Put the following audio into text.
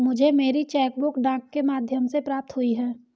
मुझे मेरी cheque book डाक के माध्यम से प्राप्त हुई है